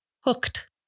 Hooked